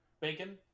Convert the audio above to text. bacon